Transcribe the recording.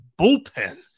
bullpen